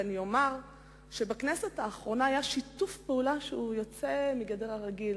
ואני אומר שבכנסת האחרונה היה שיתוף פעולה יוצא מגדר הרגיל